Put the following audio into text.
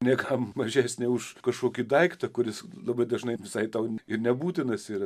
ne ką mažesnė už kažkokį daiktą kuris labai dažnai visai tau ir nebūtinas yra